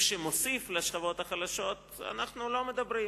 שמוסיף לשכבות החלשות אנחנו לא מדברים,